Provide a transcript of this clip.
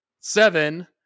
seven